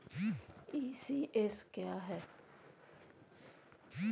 ECS क्या है?